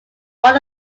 all